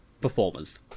performers